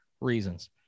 REASONS